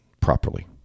properly